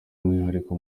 umwihariko